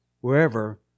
wherever